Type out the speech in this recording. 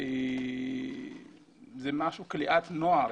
כליאת נוער,